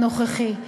הנוכחי,